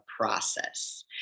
process